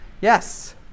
Yes